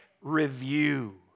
review